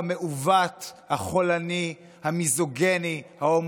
אוי